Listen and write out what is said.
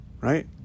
Right